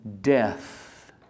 Death